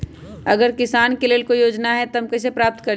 अगर किसान के लेल कोई योजना है त हम कईसे प्राप्त करी?